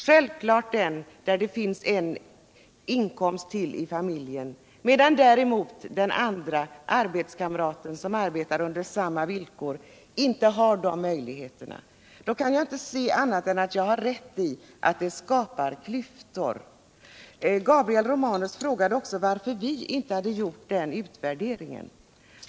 Självklart den som har det så ställt att 60 det finns en inkomst till i familjen, medan däremot arbetskamraten som arbetar under samma villkor inte har den valfriheten. Då kan jag inte se annat än att jag har rätt i att vi skapar klyftor. Gabriel Romanus frågade också varför vi inte har gjort utvärderingen.